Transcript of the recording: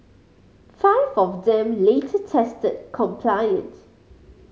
five of them later tested compliant